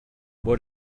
what